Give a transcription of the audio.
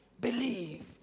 believe